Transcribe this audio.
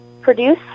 produce